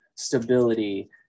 stability